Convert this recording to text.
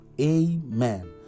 amen